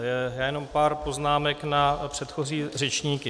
Já jenom pár poznámek na předchozí řečníky.